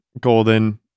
golden